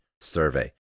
survey